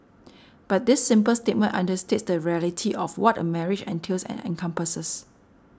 but this simple statement understates the reality of what a marriage entails and encompasses